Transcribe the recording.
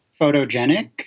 photogenic